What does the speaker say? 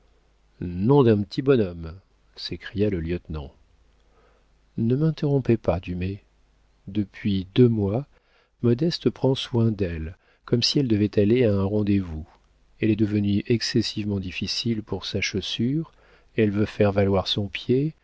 nom d'un petit bonhomme s'écria le lieutenant ne m'interrompez pas dumay depuis deux mois modeste prend soin d'elle comme si elle devait aller à un rendez-vous elle est devenue excessivement difficile pour sa chaussure elle veut faire valoir son pied